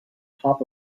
top